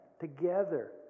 together